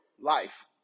life